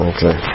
Okay